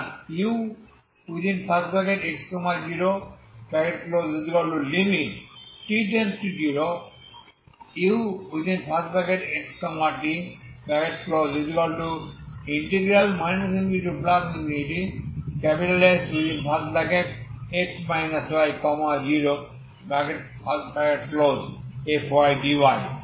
সুতরাং ux0t→0 uxt ∞Sx y0fdy ∞δfdyf